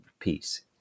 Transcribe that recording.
piece